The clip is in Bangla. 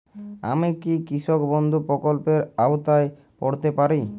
আমি কি কৃষক বন্ধু প্রকল্পের আওতায় পড়তে পারি?